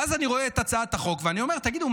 ואז אני רואה את הצעת החוק ואני אומר: תגידו,